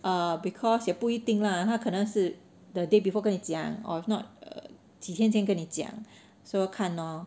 err because 也不一定 lah 他可能是 the day before 跟你讲 or if not err 几天前跟你讲 so 看 lor